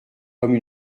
comme